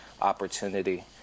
opportunity